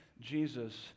Jesus